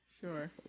sure